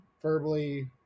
verbally